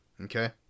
Okay